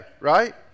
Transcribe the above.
Right